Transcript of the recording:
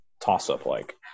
toss-up-like